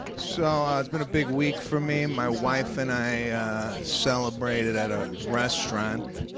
so, it's been a big week for me. my wife and i celebrated at a restaurant.